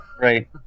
Right